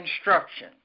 instruction